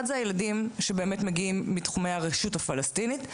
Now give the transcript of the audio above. אחד הילדים שבאמת מגיעים מתחומי הרשות הפלסטינית,